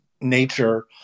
nature